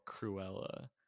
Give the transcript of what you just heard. Cruella